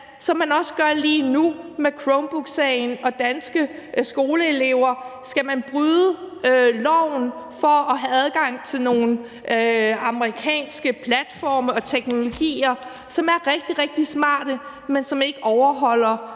som man også gør det lige nu med Chromebooksagen og danske skoleelever, altså om man skal bryde loven for at have adgang til nogle amerikanske platforme og teknologier, som er rigtig, rigtig, rigtig smarte, men som ikke overholder